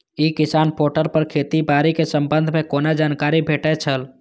ई किसान पोर्टल पर खेती बाड़ी के संबंध में कोना जानकारी भेटय छल?